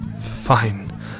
Fine